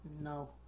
No